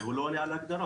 אז הוא לא עונה על ההגדרה.